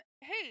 Hey